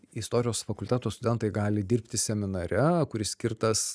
istorijos fakulteto studentai gali dirbti seminare kuris skirtas